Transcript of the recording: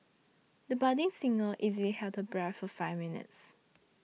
the budding singer easily held her breath for five minutes